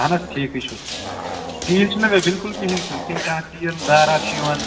اَہَن حظ ٹھیٖکھٕے چھُس تیٖل چھُنہٕ مےٚ بِلکُل کہیٖنٛۍ کھیٚون کِنہٕ کانٛہہ تیٖل دارا چھُ یِوان